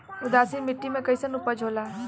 उदासीन मिट्टी में कईसन उपज होला?